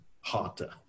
harder